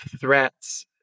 threats